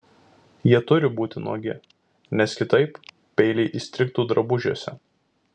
jie turi būti nuogi nes kitaip peiliai įstrigtų drabužiuose